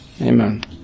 Amen